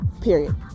Period